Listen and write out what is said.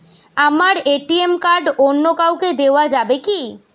আমার ATM card অন্য কাউকে দেওয়া যাবে কি?